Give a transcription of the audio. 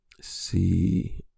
See